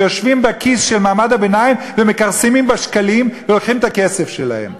שיושבים בכיס של מעמד הביניים ומכרסמים בשקלים ולוקחים את הכסף שלהם.